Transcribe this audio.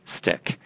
stick